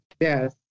Yes